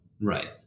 Right